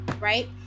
right